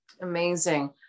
Amazing